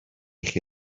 chi